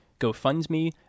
GoFundMe